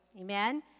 Amen